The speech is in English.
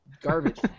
garbage